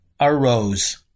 arose